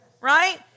Right